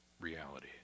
reality